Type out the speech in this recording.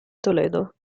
toledo